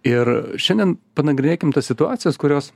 ir šiandien panagrinėkim tas situacijas kurios